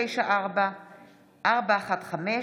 394/23 ו-415/23,